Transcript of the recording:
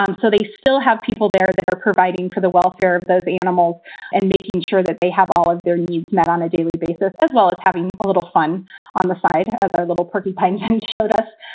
um so they still have people there that are providing for the welfare of those animals and making sure that they have all of their needs met on a daily basis, as well as having a little fun on the side as our little party pinehaven showed us.